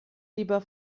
lieber